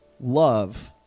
love